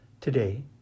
today